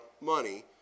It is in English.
money